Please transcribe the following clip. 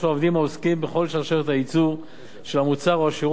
שרשרת הייצור שהמוצר או השירות אשר אותו הם סיפקו